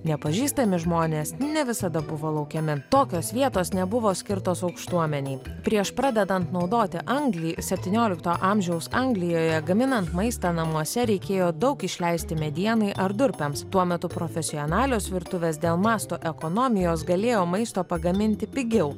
nepažįstami žmonės ne visada buvo laukiami tokios vietos nebuvo skirtos aukštuomenei prieš pradedant naudoti anglį septyniolikto amžiaus anglijoje gaminant maistą namuose reikėjo daug išleisti medienai ar durpėms tuo metu profesionalios virtuvės dėl masto ekonomijos galėjo maisto pagaminti pigiau